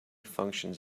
functions